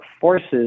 forces